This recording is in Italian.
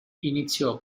iniziò